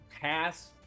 pass